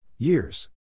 Years